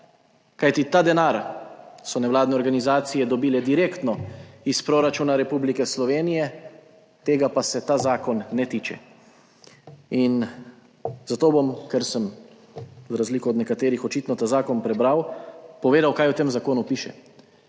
kajti ta denar so nevladne organizacije dobile direktno iz proračuna Republike Slovenije, tega pa se ta zakon ne tiče in zato bom, ker sem za razliko od nekaterih očitno ta zakon prebral, povedal kaj v tem zakonu piše.